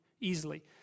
easily